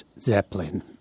zeppelin